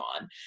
on